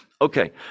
Okay